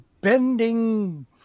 bending